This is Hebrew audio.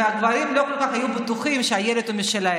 והגברים לא היו כל כך בטוחים שהילד הוא שלהם.